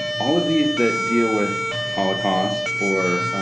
all of these that deal with holocaust or